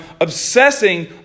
obsessing